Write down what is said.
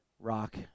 rock